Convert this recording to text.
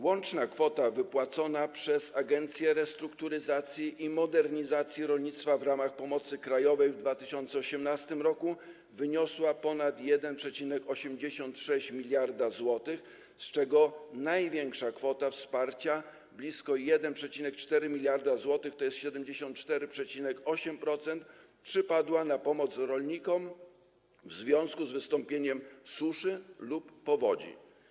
Łączna kwota wypłacona przez Agencję Restrukturyzacji i Modernizacji Rolnictwa w ramach pomocy krajowej w 2018 r. wyniosła ponad 1,86 mld zł, z czego największa kwota wsparcia, blisko 1,4 mld zł, tj. 74,8%, przypadła na pomoc rolnikom w związku z wystąpieniem suszy lub powodzi.